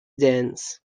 dance